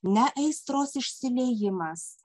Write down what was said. ne aistros išsiliejimas